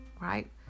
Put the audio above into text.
right